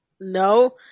no